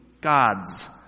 gods